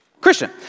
christian